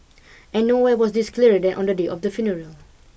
and nowhere was this clearer than on the day of the funeral